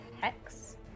Hex